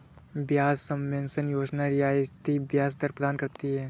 ब्याज सबवेंशन योजना रियायती ब्याज दर प्रदान करती है